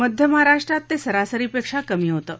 मध्य महाराष्ट्रात ते सरासरीपेक्षा कमी होतं